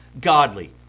godly